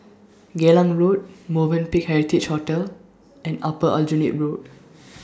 Geylang Road Movenpick Heritage Hotel and Upper Aljunied Road